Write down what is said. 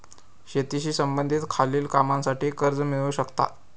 शेतीशी संबंधित खालील कामांसाठी कर्ज मिळू शकता